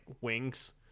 wings